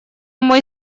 мой